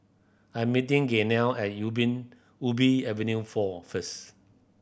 I'm meeting Gaynell at Ubi Avenue Four first